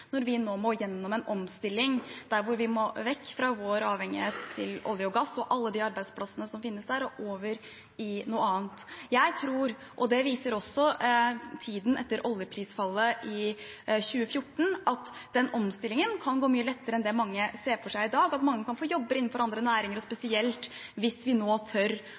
når vi nå må gjennom en omstilling der vi må vekk fra vår avhengighet av olje og gass og alle de arbeidsplassene som finnes der, og over i noe annet. Jeg tror – og det viser også tiden etter oljeprisfallet i 2014 – at den omstillingen kan gå mye lettere enn det mange ser for seg i dag, at mange kan få jobber innenfor andre næringer, og spesielt hvis vi nå tør